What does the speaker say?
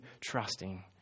trusting